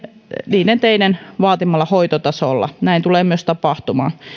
niiden teiden vaatimalla hoitotasolla näin tulee myös tapahtumaan